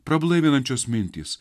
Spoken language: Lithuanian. prablaivinančios mintys